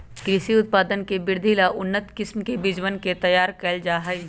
कृषि उत्पाद के वृद्धि ला उन्नत किस्म के बीजवन के तैयार कइल जाहई